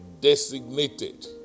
designated